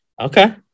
Okay